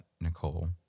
Nicole